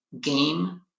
game